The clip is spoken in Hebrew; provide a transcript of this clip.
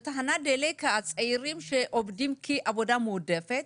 בתחנות דלק הצעירים שעובדים שם כעבודה מועדפת,